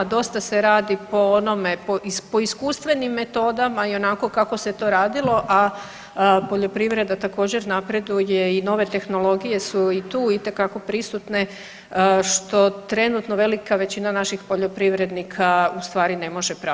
Dosta se radi po onome, po iskustvenim metodama i onako kako se to radilo, a poljoprivreda također napreduje i nove tehnologije su i tu itekako prisutne što trenutno velika većina naših poljoprivrednika u stvari ne može pratiti.